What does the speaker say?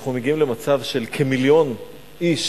שאנחנו מגיעים למצב של כמיליון איש